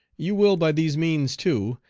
you will by these means, too,